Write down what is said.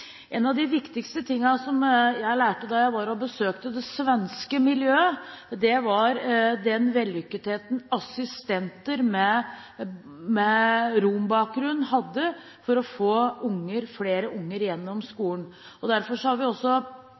En av de viktigste tingene som jeg lærte da jeg var og besøkte det svenske miljøet, var den vellykketheten assistenter med rombakgrunn hadde med å få flere unger gjennom skolen. Derfor har vi